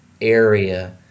area